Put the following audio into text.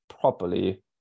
properly